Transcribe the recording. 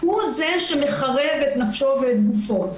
הוא זה שמחרב את נפשו ואת גופו.